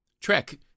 Trek